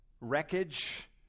wreckage